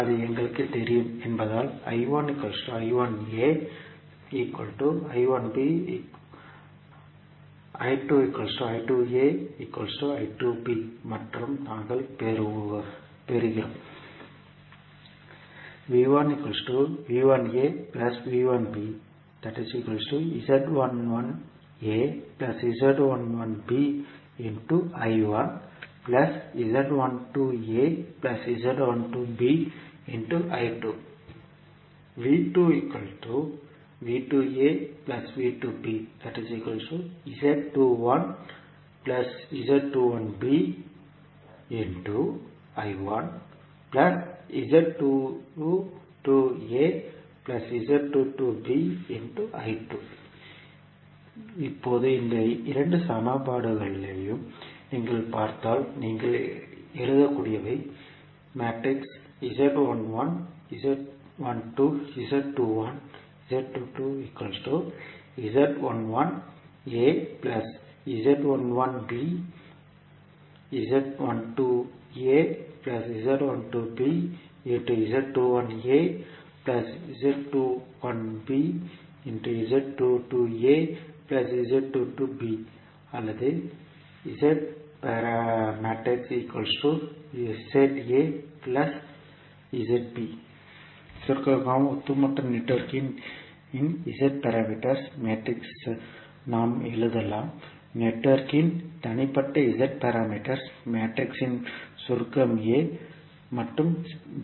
அது எங்களுக்குத் தெரியும் என்பதால் மற்றும் நாங்கள் பெறுகிறோம் இப்போது இந்த 2 சமன்பாடுகளையும் நீங்கள் பார்த்தால் நீங்கள் எழுதக்கூடியவை அல்லது சுருக்கமாக ஒட்டுமொத்த நெட்வொர்க்கின் z பாராமீட்டர் மேட்ரிக்ஸை நாம் எழுதலாம் நெட்வொர்க்கின் தனிப்பட்ட z பாராமீட்டர் மேட்ரிக்ஸின் சுருக்கம் a மற்றும் b